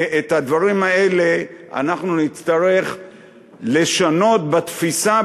את הדברים האלה נצטרך לשנות בתפיסה,